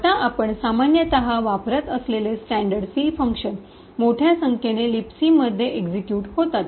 आता आपण सामान्यतः वापरत असलेले स्टँडर्ड सी फंक्शन मोठ्या संख्येने लिबसी मध्ये एक्सिक्यूट होतात